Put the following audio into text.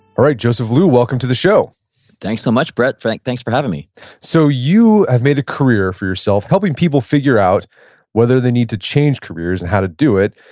all right, joseph liu, welcome to the show thanks so much, brett. like thanks for having me so you have made a career for yourself helping people figure out whether they need to change careers and how to do it,